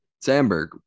Sandberg